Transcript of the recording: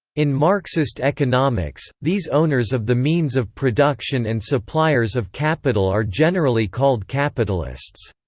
in marxist economics, these owners of the means of production and suppliers of capital are generally called capitalists.